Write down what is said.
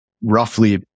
roughly